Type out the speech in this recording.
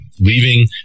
leaving